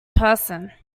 person